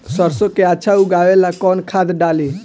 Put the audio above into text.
सरसो के अच्छा उगावेला कवन खाद्य डाली?